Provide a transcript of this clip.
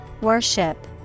Worship